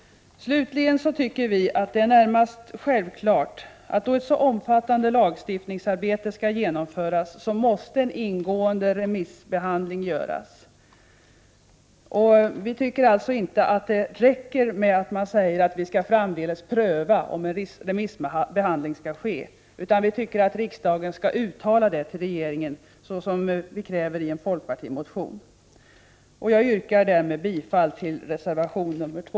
Slutligen tycker vi att det är närmast självklart att en ingående remissbehandling måste genomföras då ett så omfattande lagstiftningsarbete skall genomföras. Vi tycker således inte att det räcker att man säger att man framdeles skall pröva om en remissbehandling skall ske. Riksdagen bör redan nu uttala den ståndpunkten till regeringen, såsom vi kräver i en folkpartimotion. Jag yrkar därmed bifall till reservation nr 2.